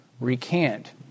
recant